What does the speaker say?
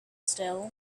still